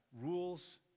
rules